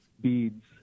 beads